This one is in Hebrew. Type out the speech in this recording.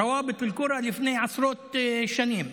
רוואבט אל-קורה, לפני עשרות שנים,